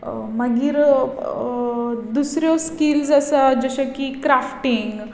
मागीर दुसऱ्यो स्किल्स आसा जश्यो की क्राफ्टींग